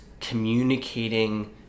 communicating